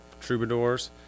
troubadours